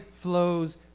flows